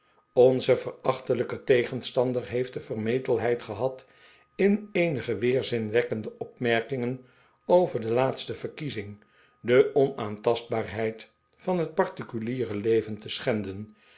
onze verachtelijke tegenstander heeft de vermetelheid gehad in eenige weerzinwekkende opmerkingen over de laatste verkiezing de onaantastbaarheid van het particuliere leven te schenden